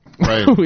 Right